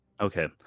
Okay